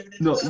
No